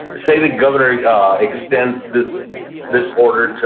say the governor yeah extends this this order,